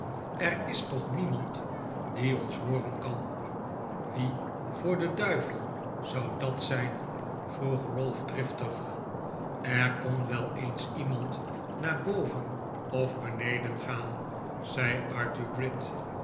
er is toch niemand die ons hooren kan wie voor den duivel zou dat zijn vroeg ralph driftig er kon wel eens iemand naar boven of beneden gaan zei arthur gride